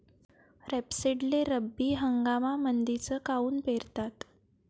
रेपसीडले रब्बी हंगामामंदीच काऊन पेरतात?